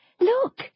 Look